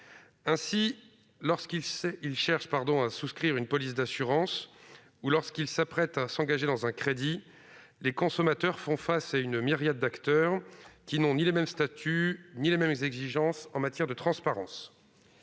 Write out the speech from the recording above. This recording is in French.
Ainsi, lorsqu'ils cherchent à souscrire une police d'assurance ou s'apprêtent à s'engager dans un crédit, les consommateurs font face à une myriade d'acteurs qui n'ont ni les mêmes statuts ni les mêmes exigences en matière de transparence.